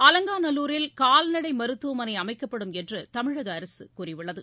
அலங்காநல்லூரில் கால்நடை மருத்துவமனை அமைக்கப்படும் தமிழக அரசு கூறியுள்ளது